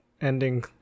ending